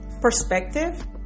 perspective